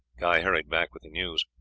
guy hurried back with the news.